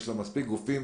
יש מספיק גופים